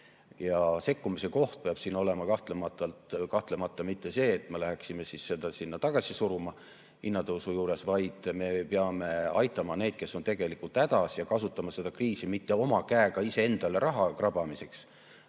Sekkumise koht peab siin olema kahtlemata mitte see, et me läheksime seda sinna tagasi suruma hinnatõusu puhul, vaid me peame aitama neid, kes on tegelikult hädas, ja kasutama seda kriisi mitte oma käega iseendale raha krabamiseks